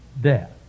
death